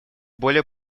более